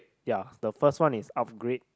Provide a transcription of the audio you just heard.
ya the first one is upgrade